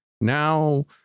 now